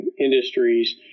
industries